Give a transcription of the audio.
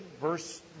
verse